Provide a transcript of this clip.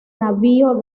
navío